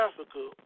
Africa